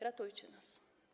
Ratujcie nas.